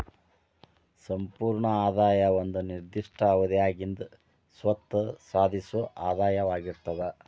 ಸಂಪೂರ್ಣ ಆದಾಯ ಒಂದ ನಿರ್ದಿಷ್ಟ ಅವಧ್ಯಾಗಿಂದ್ ಸ್ವತ್ತ ಸಾಧಿಸೊ ಆದಾಯವಾಗಿರ್ತದ